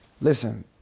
Listen